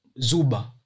Zuba